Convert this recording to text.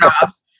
jobs